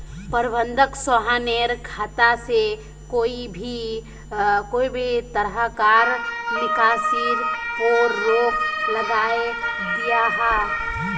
प्रबंधक सोहानेर खाता से कोए भी तरह्कार निकासीर पोर रोक लगायें दियाहा